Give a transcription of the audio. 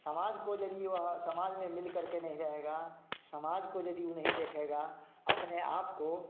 समाज को यदि वह समाज में मिल करके नहीं रहेगा समाज को यदि ऊ नहीं देखेगा अपने आपको